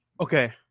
Okay